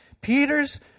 Peter's